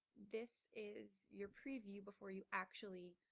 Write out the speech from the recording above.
this is your preview before you actually